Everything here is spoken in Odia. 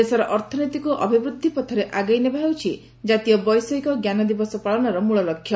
ଦେଶର ଅର୍ଥନୀତିକୁ ଅଭିବୃଦ୍ଧି ପଥରେ ଆଗେଇ ନେବା ହେଉଛି ଜାତୀୟ ବୈଷୟିକ ଞ୍ଜାନ ଦିବସ ପାଳନର ମୂଳଲକ୍ଷ୍ୟ